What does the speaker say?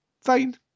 fine